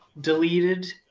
deleted